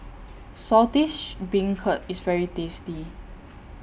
Saltish Beancurd IS very tasty